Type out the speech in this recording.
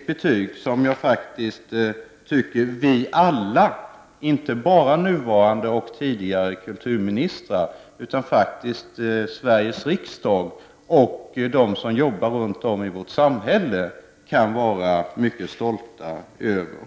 betyg, som jag faktiskt tycker att vi alla, inte bara nuvarande och tidigare kulturministrar, i Sveriges riksdag och runt om i vårt land kan vara mycket stolta över.